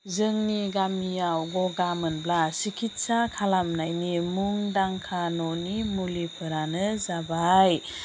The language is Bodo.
जोंनि गामियाव गगा मोनोब्ला सिकित्सा खालामनायनि मुंदांखा न'नि मुलिफोरानो जाबाय